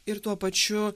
ir tuo pačiu